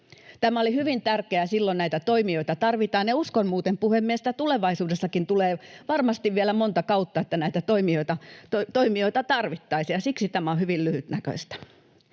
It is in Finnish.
Tämä oli hyvin tärkeää, silloin näitä toimijoita tarvittiin, ja uskon muuten, puhemies, että tulevaisuudessakin tulee varmasti vielä monta kautta, että näitä toimijoita tarvittaisiin, ja siksi tämä on hyvin lyhytnäköistä.